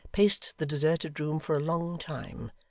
paced the deserted room for a long time,